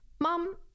Mom